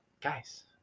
guys